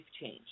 change